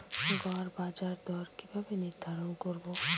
গড় বাজার দর কিভাবে নির্ধারণ করব?